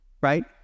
Right